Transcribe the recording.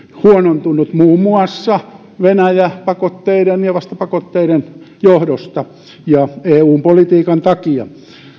huonontunut muun muassa venäjä pakotteiden ja vastapakotteiden johdosta ja eun politiikan takia